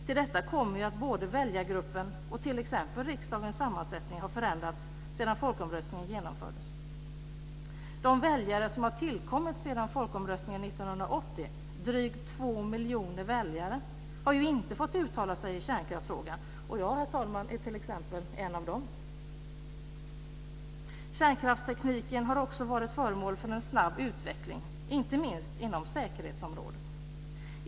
Till detta kommer att både väljargruppen och riksdagens sammansättning har förändrats sedan folkomröstningen genomfördes. De väljare som har tillkommit sedan folkomröstningen 1980, drygt två miljoner väljare, har inte fått uttala sig i kärnkraftsfrågan. Jag är, herr talman, en av dem. Kärnkraftstekniken har också varit föremål för en snabb utveckling, inte minst inom säkerhetsområdet.